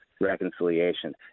reconciliation